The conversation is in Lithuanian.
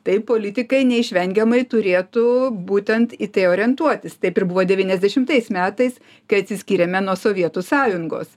tai politikai neišvengiamai turėtų būtent į tai orientuotis taip ir buvo devyniasdešimtais metais kai atsiskyrėme nuo sovietų sąjungos